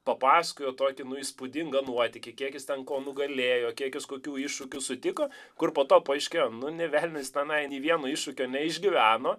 papasakojo tokį nu įspūdingą nuotykį kiek jis ten ko nugalėjo kiek jis kokių iššūkių sutiko kur po to paaiškėjo nu nė velnio jis tenai nei vieno iššūkio neišgyveno